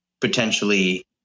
potentially